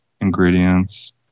ingredients